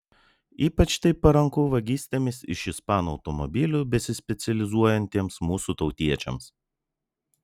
ypač tai paranku vagystėmis iš ispanų automobilių besispecializuojantiems mūsų tautiečiams